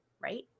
right